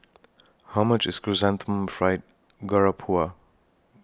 How much IS Chrysanthemum Fried Garoupa